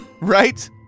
right